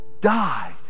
died